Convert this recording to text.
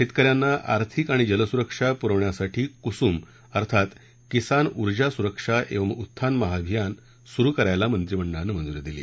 शेतक यांना आर्थिक आणि जलसुरक्षा पुरवण्यासाठी कुसूम अर्थात किसान ऊर्जा सुरक्षा एवंम उत्थान महाअभियान सुरू करायला मंत्रिमंडळानं मंजुरी दिली